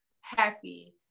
happy